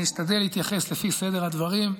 אני אשתדל להתייחס לפי סדר הדברים,